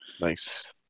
Nice